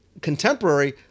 contemporary